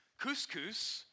couscous